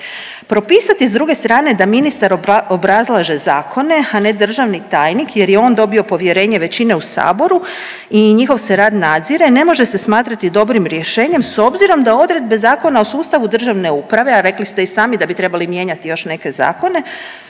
Propisati, s druge strane, da ministar obrazlaže zakone, a ne državni tajnik jer je on dobio povjerenje većine u Saboru i njihov se rad nadzire, ne može se smatrati dobrim rješenjem s obzirom da odredbe Zakona o sustavu državne uprave, a rekli ste i sami da bi trebali mijenjati još neke zakone,